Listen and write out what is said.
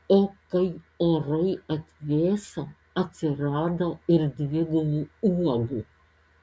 o kai orai atvėso atsirado ir dvigubų uogų